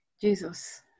Jesus